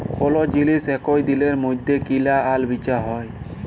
call জিলিস একই দিলের মইধ্যে কিলা আর বিচা হ্যয়